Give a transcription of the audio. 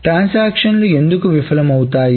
ట్రాన్సాక్షన్లు లు ఎందుకు విఫలమవుతాయి